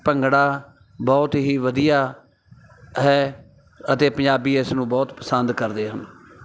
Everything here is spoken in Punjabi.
ਭੰਗੜਾ ਬਹੁਤ ਹੀ ਵਧੀਆ ਹੈ ਅਤੇ ਪੰਜਾਬੀ ਇਸ ਨੂੰ ਬਹੁਤ ਪਸੰਦ ਕਰਦੇ ਹਨ